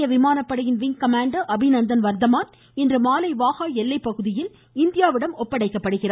இந்திய விமானப்படையின் wing commander Abhinandan Varthaman இன்று மாலை வாஹா எல்லைப்பகுதியில் இந்தியாவிடம் ஒப்படைக்கப்படுகிறார்